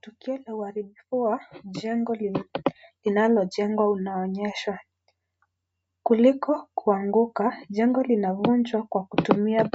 Tukio la uharibifu wa jengo linalojengwa unaonyeshwa. Kuliko kuanguka, jengo linavunjwa kwa kutumia